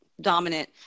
dominant